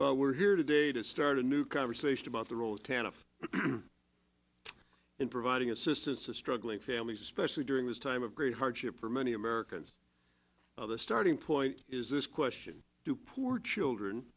but we're here today to start a new conversation about the role of tanna in providing assistance to struggling families especially during this time of great hardship for many americans the starting point is this question do poor children